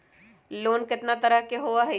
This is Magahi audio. लोन केतना तरह के होअ हई?